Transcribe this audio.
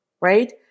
right